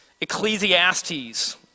Ecclesiastes